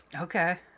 okay